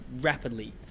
rapidly